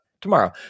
tomorrow